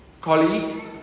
Colleague